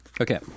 Okay